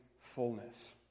fullness